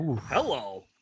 hello